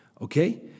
Okay